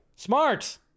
Smart